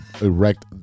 erect